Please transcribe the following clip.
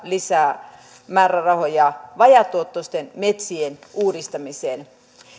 lisää määrärahoja vajaatuottoisten metsien uudistamiseen